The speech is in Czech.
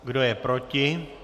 Kdo je proti?